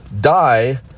die